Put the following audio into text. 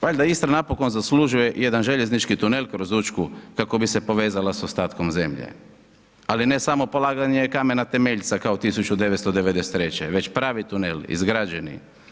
Valjda Istra napokon zaslužuje i jedan željeznički tunel kroz Učku, kako bi se povezala sa ostatkom zemlje, ali ne samo polaganje kamena temeljca kao 1993. već pravi tunel, izgrađeni.